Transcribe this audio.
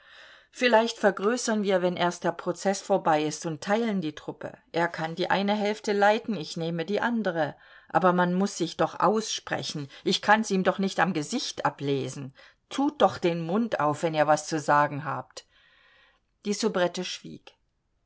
vielleicht vergrößern wir wenn erst der prozeß vorbei ist und teilen die truppe er kann die eine hälfte leiten ich nehme die andre aber man muß sich doch aussprechen ich kann's ihm doch nicht am gesicht ablesen tut doch den mund auf wenn ihr was zu sagen habt die soubrette schwieg